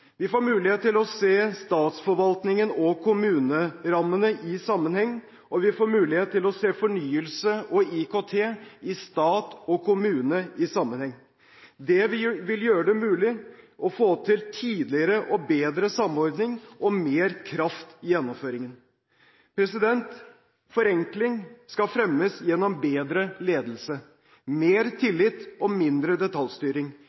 Vi får mulighet til å se statsforvaltningen og kommunerammene i sammenheng, og vi får mulighet til å se fornyelse og IKT i stat og kommune i sammenheng. Det vil gjøre det mulig å få til tidligere og bedre samordning og mer kraft i gjennomføringen. Forenkling skal fremmes gjennom bedre ledelse, mer tillit og mindre detaljstyring,